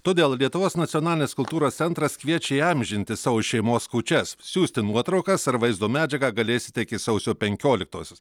todėl lietuvos nacionalinės kultūros centras kviečia įamžinti savo šeimos kūčias siųsti nuotraukas ar vaizdo medžiagą galėsite iki sausio penkioliktosios